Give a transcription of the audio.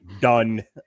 done